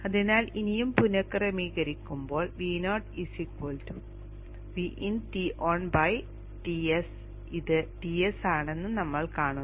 അതിനാൽ ഇനിയും പുനഃക്രമീകരിക്കുമ്പോൾ Vo Vin Ton Ts ഇത് Ts ആണെന്ന് നമ്മൾ കാണുന്നു